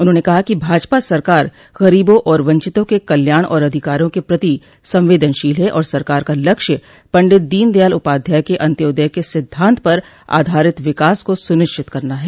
उन्होंने कहा कि भाजपा सरकार गरीबों और वंचितों के कल्याण और अधिकारों के प्रति संवेदनशील है और सरकार का लक्ष्य पंडित दीनदयाल उपाध्याय के अन्त्योदय के सिद्धान्त पर आधारित विकास को सुनिश्चित करना है